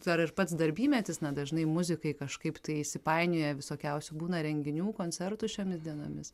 dar ir pats darbymetis na dažnai muzikai kažkaip tai įsipainioję visokiausių būna renginių koncertų šiomis dienomis